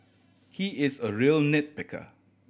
he is a real nit picker